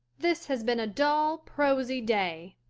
this has been a dull, prosy day,